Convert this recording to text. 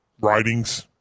writings